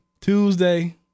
Tuesday